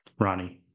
Ronnie